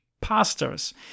pastors